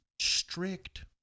strict